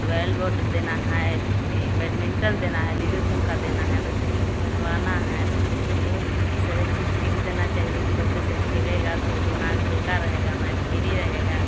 bell वाटर देना है थी बैडमिंटन देना है लीडो छक्का देना है बच्चे सबको खिलवाना है बच्चे सबको सेरे चीज फील्ड देना चाहिए कि बच्चा सब खेलेगा तो दिमाग हल्का रहेगा या माइंड फिरि रहेगा